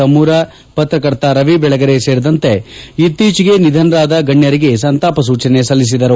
ಆಮೂರ ಪತ್ರಕರ್ತ ರವಿ ಬೆಳೆಗರೆ ಸೇರಿದಂತೆ ಇತ್ತೀಚೆಗೆ ನಿಧನರಾದ ಗಣ್ಯರಿಗೆ ಸಂತಾಪ ಸೂಚನೆ ಸಲ್ಲಿಸಿದರು